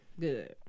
Good